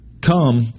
come